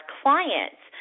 clients